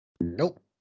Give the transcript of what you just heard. Nope